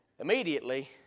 immediately